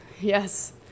Yes